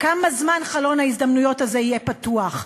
כמה זמן חלון ההזדמנויות הזה יהיה פתוח?